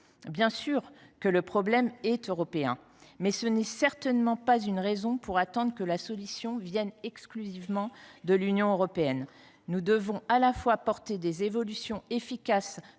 Bien sûr que le problème est européen, mais ce n’est certainement pas une raison pour attendre que la solution vienne exclusivement de l’Union européenne ! Nous devons à la fois introduire des évolutions efficaces